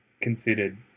considered